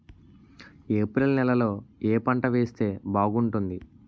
April నెలలో ఏ పంట వేస్తే బాగుంటుంది?